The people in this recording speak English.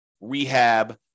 rehab